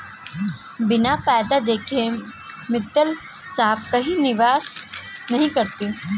बिना फायदा देखे मित्तल साहब कहीं निवेश नहीं करते हैं